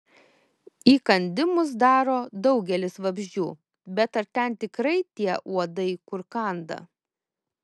įkandimus daro daugelis vabzdžių bet ar ten tikrai tie uodai kur kanda